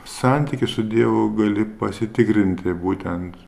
santykį su dievu gali pasitikrinti būtent